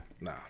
nah